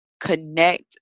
connect